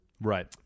right